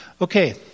Okay